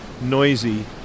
noisy